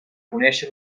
conéixer